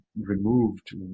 removed